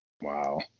Wow